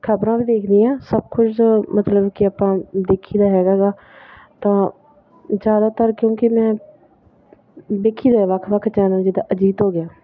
ਖਬਰਾਂ ਵੀ ਦੇਖਦੀ ਹਾਂ ਸਭ ਕੁਝ ਮਤਲਬ ਕਿ ਆਪਾਂ ਦੇਖੀ ਦਾ ਹੈਗਾ ਹੈਗਾ ਤਾਂ ਜ਼ਿਆਦਾਤਰ ਕਿਉਂਕਿ ਮੈਂ ਦੇਖੀਦਾ ਵੱਖ ਵੱਖ ਚੈਨਲ ਜਿੱਦਾਂ ਅਜੀਤ ਹੋ ਗਿਆ